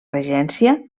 regència